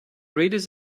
reader’s